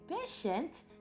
patient